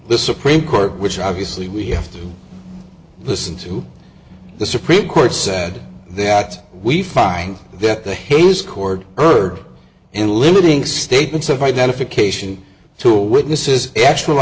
the supreme court which obviously we have to listen to the supreme court said that we find that the hayes chord heard in limiting statements of identification to witnesses actual